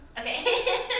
Okay